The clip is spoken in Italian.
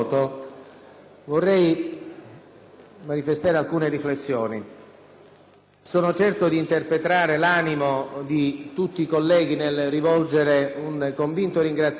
Sono certo di interpretare l'animo di tutti i colleghi nel rivolgere un convinto ringraziamento alle forze dell'ordine per